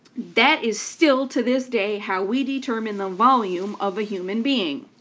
that is still to this day how we determine the volume of a human being.